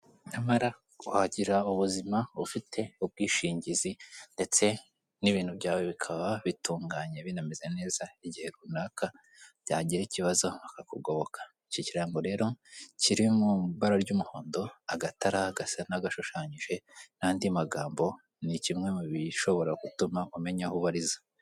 Nyamara wagira ubuzima ufite ubwishingizi ndetse n'ibintu byawe bikaba bitunganye binameze neza, igihe runaka byagira ikibazo bakakugoboka. Iki kirango rero kiri mu ibara ry'umuhondo, agatara gasa nagashushanyije n'andi magambo ni kimwe mubishobora gutuma umenya aho ubariza.